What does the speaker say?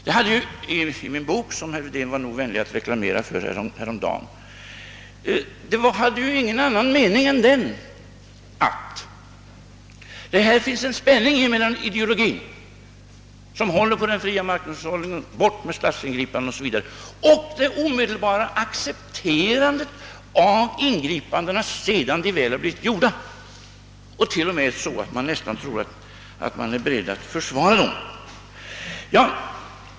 Vad jag skrev i min bok, som herr Wedén var nog vänlig att reklamera för häromdagen, hade ju ingen annan mening än att det här finns en spänning mellan en ideologi som håller på fri samhällshushållning — bort med statsingripanden och annat — och det omedelbara accepterandet av ingripanden sedan de väl blivit gjorda, t.o.m. så att det nästan ger intrycket att man är beredd att försvara dem.